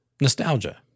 Nostalgia